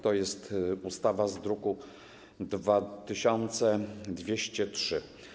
To jest ustawa z druku nr 2203.